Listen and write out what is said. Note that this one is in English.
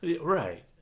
Right